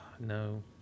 No